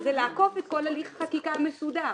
זה לעקוף את כל הליך החקיקה המסודר.